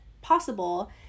possible